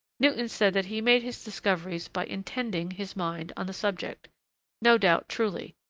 newton said that he made his discoveries by intending his mind on the subject no doubt truly.